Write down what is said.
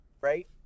right